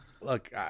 Look